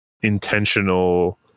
intentional